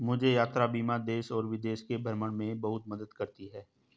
मुझे यात्रा बीमा देश और विदेश के भ्रमण में बहुत मदद करती है